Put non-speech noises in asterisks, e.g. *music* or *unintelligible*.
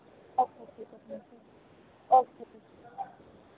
अच्छा ठीक है *unintelligible* अच्छा ठीक है